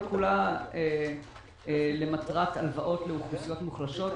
כולה למטרת הלוואות לאוכלוסיות מוחלשות,